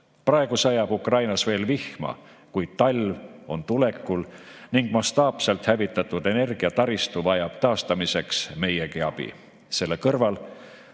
Praegu sajab Ukrainas veel vihma, kuid talv on tulekul ning mastaapselt hävitatud energiataristu vajab taastamiseks meiegi abi. Selle kõrval